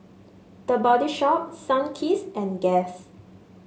The Body Shop Sunkist and Guess